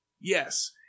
Yes